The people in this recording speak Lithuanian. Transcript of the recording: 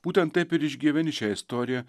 būtent taip ir išgyveni šią istoriją